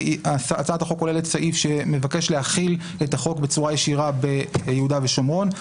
הצעת החוק כוללת סעיף שמבקש להחיל את החוק בצורה ישירה ביהודה ושומרון.